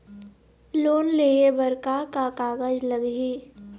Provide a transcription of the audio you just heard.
Loan लेहे बर का का कागज लगही?